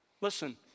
Listen